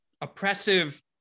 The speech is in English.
oppressive